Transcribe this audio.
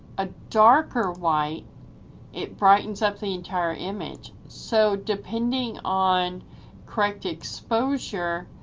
a darker white it brightens up the entire image. so depending on correct exposure,